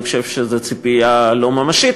אני חושב שזאת ציפייה לא ממשית.